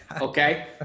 Okay